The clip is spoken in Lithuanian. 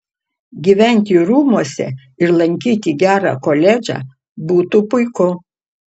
gyventi rūmuose ir lankyti gerą koledžą būtų puiku